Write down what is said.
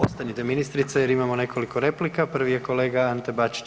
Ostanite ministrice jer imamo nekoliko replika, prvi je kolega Ante Bačić.